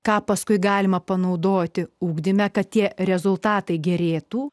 ką paskui galima panaudoti ugdyme kad tie rezultatai gerėtų